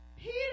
Peter